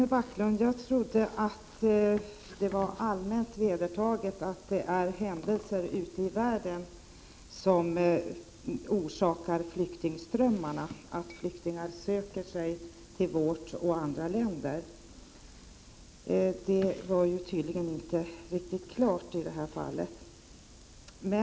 Herr talman! Jag trodde att det var allmänt vedertaget att det är händelser ute i världen som orsakar flyktingströmmarna, att flyktingar söker sig till Sverige och andra länder, vilket inte föreföll vara riktigt klart i det här fallet.